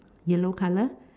yellow color